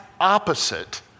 opposite